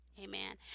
Amen